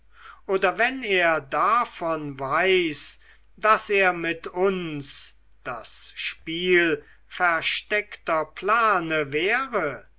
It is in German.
oder wenn er davon weiß daß er mit uns das spiel versteckter plane wäre